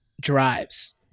drives